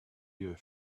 your